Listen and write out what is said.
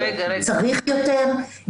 צריך יותר,